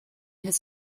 his